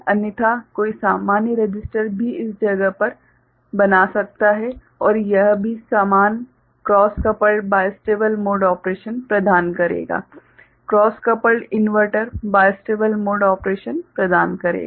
अन्यथा कोई सामान्य रसिस्टर भी इस जगह पर बना सकता है और यह भी समान cross coupled bistable mode operation प्रदान करेगा cross coupled inverter bistable mode operation प्रदान करेगा